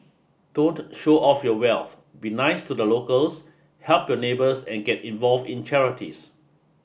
don't show off your wealth be nice to the locals help your neighbours and get involved in charities